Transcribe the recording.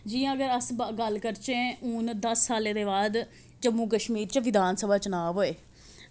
जि'यां गै अस गल्ल करचै हून दस सालें दे बाद जम्मू कश्मीर च विधानसभा चुनाव होए